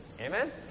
Amen